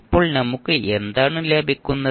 ഇപ്പോൾ നമുക്ക് എന്താണ് ലഭിക്കുന്നത്